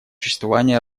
существование